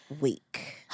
week